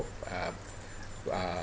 uh uh